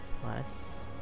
Plus